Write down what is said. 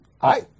Hi